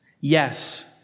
Yes